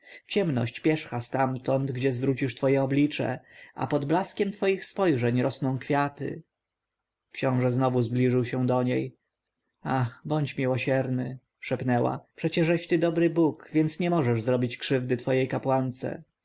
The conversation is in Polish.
ciemność pierzcha stamtąd gdzie zwrócisz twoje oblicze a pod blaskiem twoich spojrzeń rosną kwiaty książę znowu zbliżył się do niej ale bądź miłosierny szepnęła przecieżeś ty dobry bóg więc nie możesz zrobić krzywdy twojej kapłance